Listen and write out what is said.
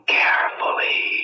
carefully